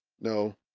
No